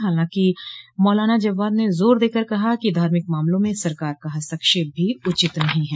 हालांकि मौलाना जव्वाद ने जोर देकर कहा कि धार्मिक मामलों में सरकार का हस्तक्षेप भी उचित नहीं है